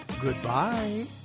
Goodbye